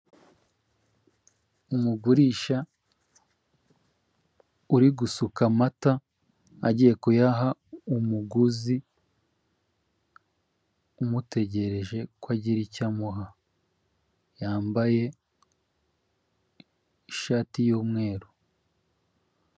Umugurisha uri gusuka amata, agiye kuyaha umuguzi, umutegereje ko agira icyo amuha, yambaye ishati y'umweru.